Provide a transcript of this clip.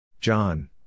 John